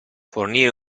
fornire